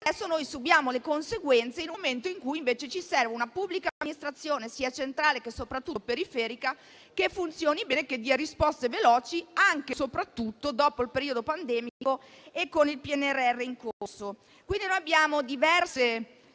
Adesso ne subiamo le conseguenze nel momento in cui invece ci serve una pubblica amministrazione, sia centrale che soprattutto periferica, che funzioni bene e dia risposte veloci, anche e soprattutto dopo il periodo pandemico e con il PNRR in corso. Non vi farò un riassunto